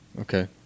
Okay